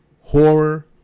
horror